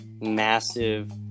massive